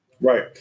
Right